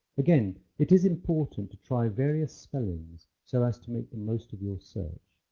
again it is important to try various spellings so as to make the most of your search.